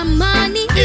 money